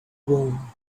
room